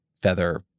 feather